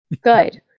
good